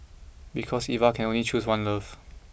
because Eva can only choose one love